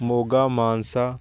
Moga Mansa